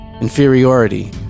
inferiority